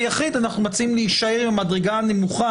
ביחיד אנחנו מציעים להישאר במדרגה הנמוכה